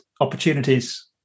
opportunities